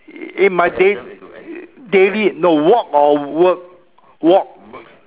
in my day daily no walk or work walk